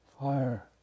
fire